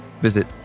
visit